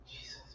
Jesus